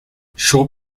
short